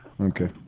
Okay